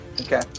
Okay